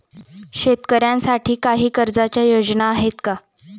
शेतकऱ्यांसाठी काही कर्जाच्या योजना आहेत का?